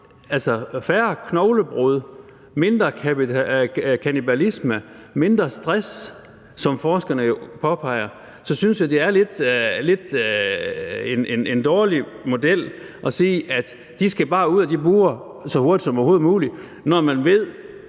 alt har færre knoglebrud, mindre kannibalisme, mindre stress, som forskerne jo påpeger, så synes jeg, det lidt er en dårlig model at sige, at de bare skal ud af de bure så hurtigt som overhovedet muligt, når man ved,